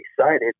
excited